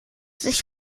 sich